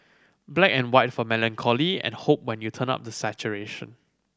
black and white for melancholy and hope when you turn up the saturation